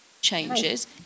changes